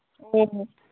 ꯍꯣꯏ ꯍꯣꯏ